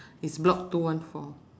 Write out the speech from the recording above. it's block two one four